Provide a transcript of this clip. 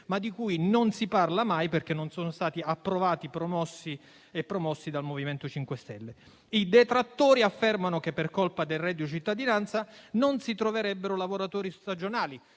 ma di cui non si parla mai perché non sono stati approvati e promossi dal MoVimento 5 Stelle. I detrattori affermano che per colpa del reddito cittadinanza non si troverebbero lavoratori stagionali,